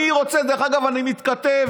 דרך אגב, אני מתכתב